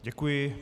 Děkuji.